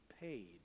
paid